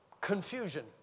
confusion